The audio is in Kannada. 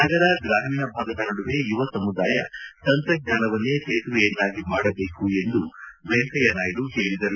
ನಗರ ಗ್ರಾಮೀಣ ಭಾಗದ ನಡುವೆ ಯುವ ಸಮುದಾಯ ತಂತ್ರಜ್ಞಾನವನ್ನೇ ಸೇತುವೆಯನ್ನಾಗಿ ಮಾಡಬೇಕು ಎಂದು ವೆಂಕಯ್ನನಾಯ್ಡು ತಿಳಿಸಿದರು